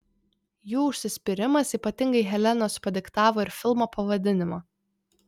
jų užsispyrimas ypatingai helenos padiktavo ir filmo pavadinimą